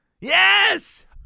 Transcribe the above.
Yes